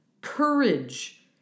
courage